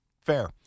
Fair